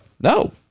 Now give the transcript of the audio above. no